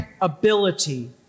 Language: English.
ability